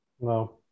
No